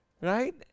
right